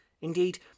indeed